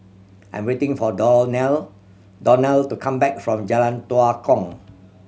I'm waiting for Donell Donell to come back from Jalan Tua Kong